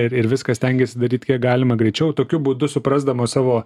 ir ir viską stengėsi daryt kiek galima greičiau tokiu būdu suprasdamas savo